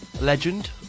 Legend